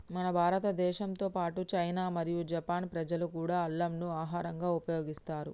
మన భారతదేశంతో పాటు చైనా మరియు జపాన్ ప్రజలు కూడా అల్లంను ఆహరంగా ఉపయోగిస్తారు